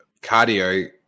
cardio